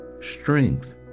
strength